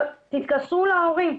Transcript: תתקשרו להורים,